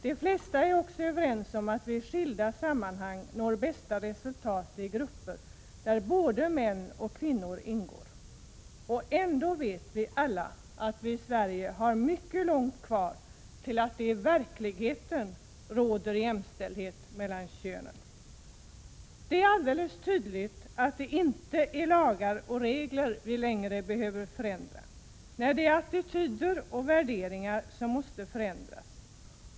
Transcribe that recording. De flesta är också överens om att vi i skilda sammanhang når bästa resultat i grupper där både män och kvinnor ingår. Och ändå vet vi alla att vi i Sverige har mycket långt kvar, innan det i verkligheten råder jämställdhet mellan könen. Det är alldeles tydligt att det inte längre är lagar och regler vi behöver förändra. Nej, det är attityder och värderingar som måste förändras.